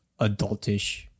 adultish